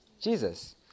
Jesus